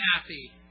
happy